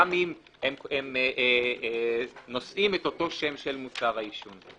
גם אם הם נושאים את אותו שם של מוצר העישון.